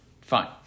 Fine